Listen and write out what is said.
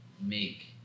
make